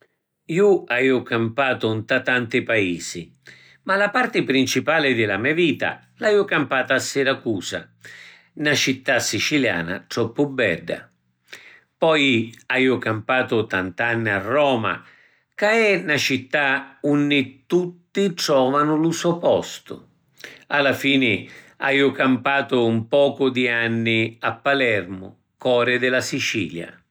Ju aju campato nta tanti paisi. Ma la parti principali di la me vita l’aju campata a Siracusa, na città siciliana troppu bedda. Poi aju campatu tant’anni a Roma ca è na città unni tutti trovanu lu so postu. A la fini aju campatu ‘n pocu di anni a Palermo, cori di la Sicilia.